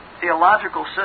theological